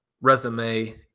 resume